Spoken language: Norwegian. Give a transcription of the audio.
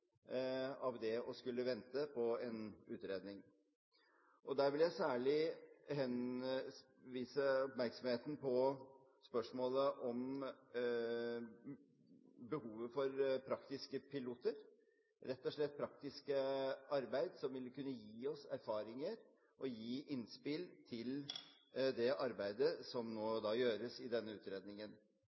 av å skulle vente på en utredning. Der vil jeg særlig henlede oppmerksomheten på spørsmålet om behovet for praktiske piloter – rett og slett praktisk arbeid som vil kunne gi oss erfaringer og gi innspill til det arbeidet som nå gjøres i denne utredningen.